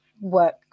work